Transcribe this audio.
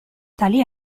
tali